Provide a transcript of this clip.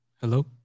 Hello